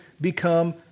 become